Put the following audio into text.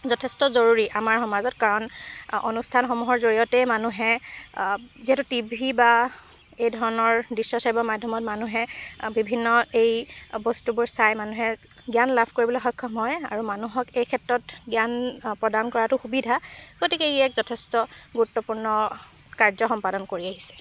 যথেষ্ট জৰুৰী আমাৰ সমাজত কাৰণ অনুষ্ঠানসমূহৰ জৰিয়তেই মানুহে যিহেতু টি ভি বা এই ধৰণৰ দৃশ্য শ্ৰাব্য মাধ্যমত মানুহে বিভিন্ন এই বস্তুবোৰ চাই মানুহে জ্ঞান লাভ কৰিবলৈ সক্ষম হয় আৰু মানুহক এই ক্ষেত্ৰত জ্ঞান প্ৰদান কৰাটো সুবিধা গতিকে ই এক যথেষ্ট গুৰুত্বপূৰ্ণ কাৰ্য সম্পাদন কৰি আহিছে